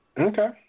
Okay